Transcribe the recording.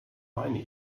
meine